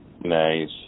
Nice